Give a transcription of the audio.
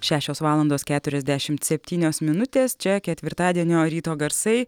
šešios valandos keturiasdešimt septynios minutės čia ketvirtadienio ryto garsai